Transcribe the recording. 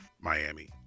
Miami